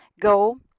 Go